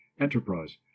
enterprise